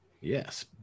Yes